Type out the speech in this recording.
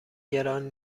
گران